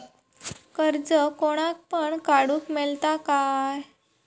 कर्ज कोणाक पण काडूक मेलता काय?